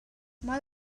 mae